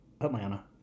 Atlanta